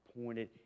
appointed